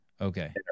okay